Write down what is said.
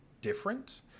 different